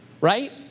right